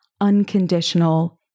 unconditional